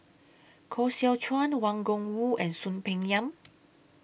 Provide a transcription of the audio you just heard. Koh Seow Chuan Wang Gungwu and Soon Peng Yam